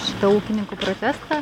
šitą ūkininkų protestą